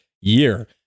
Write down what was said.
year